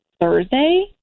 thursday